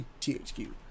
THQ